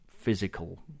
physical